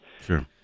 Sure